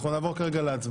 אנחנו נעבור להצבעה.